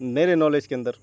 میرے نالج کے اندر